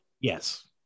Yes